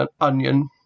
onion